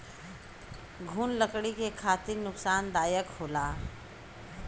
घुन लकड़ी के खातिर नुकसानदायक होला